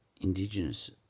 indigenous